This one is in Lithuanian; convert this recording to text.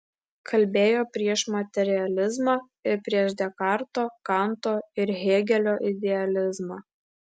kalbėjo prieš materializmą ir prieš dekarto kanto ir hėgelio idealizmą